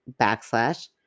backslash